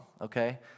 okay